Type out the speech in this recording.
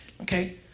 okay